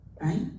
Right